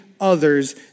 others